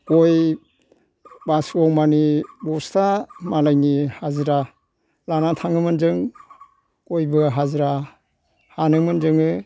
गय बासुगाव मानि बस्था मालायनि हाजिरा लाना थाङोमोन जों गयबो हाजिरा हानोमोन जोङो